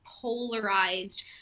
polarized